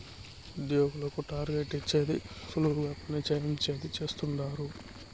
ఉద్యోగులకు టార్గెట్ ఇచ్చేది సులువుగా పని చేయించేది చేస్తండారు